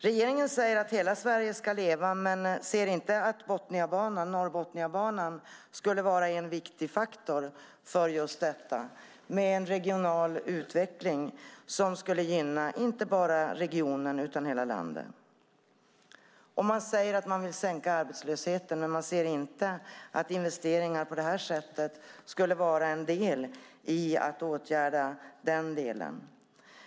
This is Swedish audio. Regeringen säger att hela Sverige ska leva men ser inte att Norrbotniabanan skulle vara en viktig faktor för just detta, med en regional utveckling som skulle gynna inte bara regionen utan hela landet. Man säger att man vill minska arbetslösheten, men man ser inte att investeringar på detta sätt skulle vara en del i att åtgärda det.